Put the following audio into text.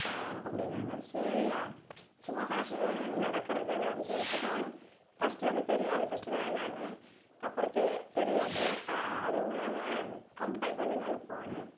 அப்படின்னாங்க சரியா சும்மா ஃபேஷன் ஷோனால் என்ன நடக்கிறது தானே அப்படின்னு சொல்லிட்டு நானும் ஃபஸ்ட்டு வந்து தெரியாது ஃபஸ்ட்டு வேணான்னேன் அப்புறம் தெரி தெரியாது அதுவுமில்லாமல் கம்பல் பண்ணதனால போனேன்